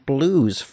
Blues